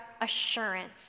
assurance